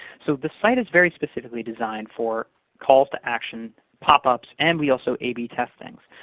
so this site is very specifically designed for calls to action, pop-ups, and we also a b test things.